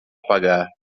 pagar